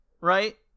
right